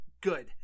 good